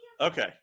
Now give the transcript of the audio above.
Okay